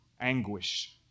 anguish